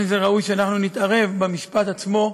לא ראוי שאנחנו נתערב במשפט עצמו,